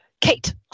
Kate